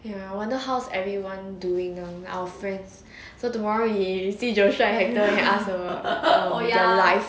ya I wonder hows everyone doing now our friends so tomorrow you see joshua hector you ask about their life